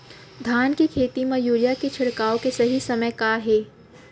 धान के खेती मा यूरिया के छिड़काओ के सही समय का हे?